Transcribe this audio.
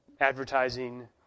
advertising